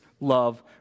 love